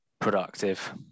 productive